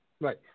Right